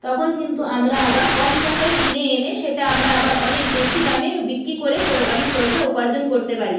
তখন কিন্তু আমরা আবার কম টাকায় কিনে এনে সেটা আমরা আবার অনেক বেশি দামে বিক্রি করে ফয় অনেক পয়সা উপার্জন করতে পারি